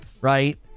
right